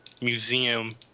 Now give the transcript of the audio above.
Museum